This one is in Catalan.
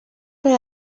per